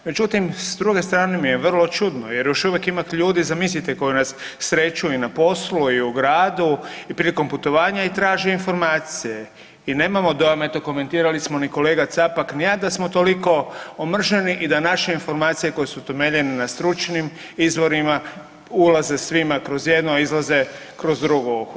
Međutim, s druge strane mi je vrlo čudno jer još uvijek imate ljudi zamislite koji nas sreću i na poslu i u gradu i prilikom putovanja i traže informacije i nemamo dojam, eto komentirali smo ni kolega Capak ni ja da smo toliko omraženi i da naše informacije koje su temeljene na stručnim izvorima ulaze svima kroz jedno, a izlaze kroz drugo uho.